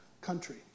country